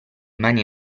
mani